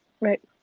right